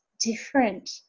different